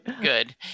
good